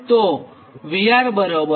તો VR2203∠0 થાય